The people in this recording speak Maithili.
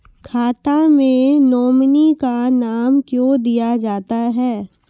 खाता मे नोमिनी का नाम क्यो दिया जाता हैं?